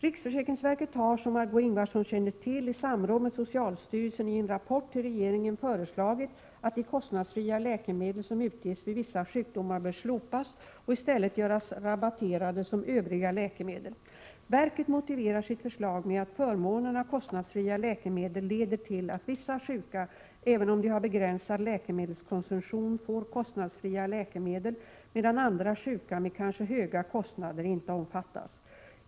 Riksförsäkringsverket har, som Marg6é Ingvardsson känner till, i samråd med socialstyrelsen i en rapport till regeringen föreslagit att de kostnadsfria läkemedel som utges vid vissa sjukdomar bör slopas och i stället göras rabatterade som övriga läkemedel. Verket motiverar sitt förslag med att förmånen av kostnadsfria läkemedel leder till att vissa sjuka, även om de har begränsad läkemedelskonsumtion, får kostnadsfria läkemedel, medan andra sjuka med kanske höga kostnader inte omfattas.